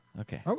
Okay